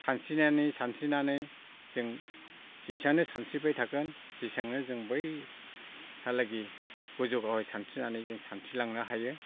सानस्रिनानै सानस्रिनानै जों जेसाेबांनो सानस्रिबाय थागोन जेसेबांनो जों बैहालागि गोजौ गाहाय सानस्रिनानै जों सानस्रिलांनो हायो